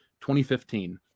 2015